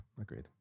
Agreed